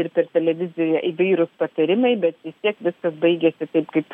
ir per televiziją įvairūs patarimai bet vis tiek viskas baigiasi taip kaip